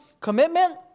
commitment